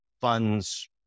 funds